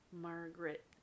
Margaret